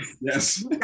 Yes